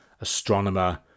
astronomer